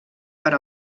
per